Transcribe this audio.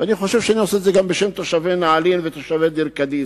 ואני חושב שאני עושה את זה גם בשם תושבי נעלין ותושבי דיר-קדיס,